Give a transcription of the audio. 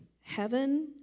Heaven